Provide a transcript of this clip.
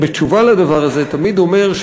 בתשובה על הדבר הזה תמיד אומר,